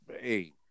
hey